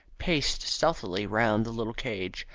paced stealthily round the little cage,